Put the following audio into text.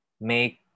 make